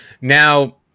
Now